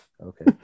Okay